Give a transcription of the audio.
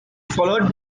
followed